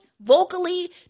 vocally